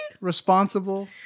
responsible